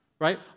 right